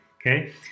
okay